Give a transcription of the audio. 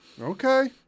Okay